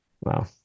Wow